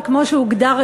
וכמו שהוגדר,